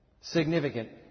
significant